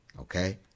Okay